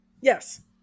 yes